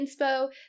inspo